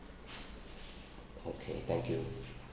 okay thank you